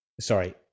sorry